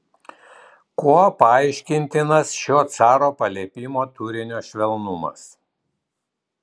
kuo paaiškintinas šio caro paliepimo turinio švelnumas